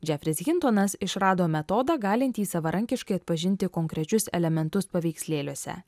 džefris hintonas išrado metodą galintį savarankiškai atpažinti konkrečius elementus paveikslėliuose